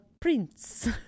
Prince